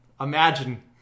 Imagine